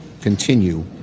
continue